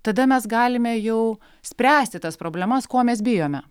tada mes galime jau spręsti tas problemas ko mes bijome